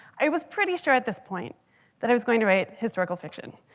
i was pretty sure at this point that i was going to write historical fiction.